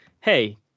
hey